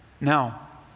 Now